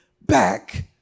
back